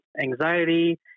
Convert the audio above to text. anxiety